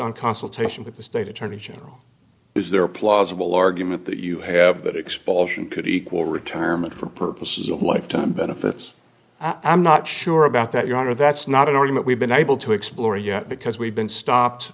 on consultation with the state attorney general is there a plausible argument that you have that expulsion could equal retirement for purposes of lifetime benefits i'm not sure about that you want to that's not an argument we've been able to explore yet because we've been stopped